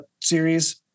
series